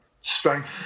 Strength